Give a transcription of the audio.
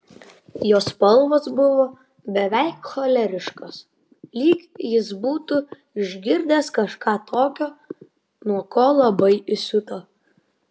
jo spalvos buvo beveik choleriškos lyg jis būtų išgirdęs kažką tokio nuo ko labai įsiuto